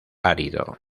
árido